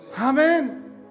Amen